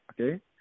okay